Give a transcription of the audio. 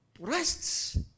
rests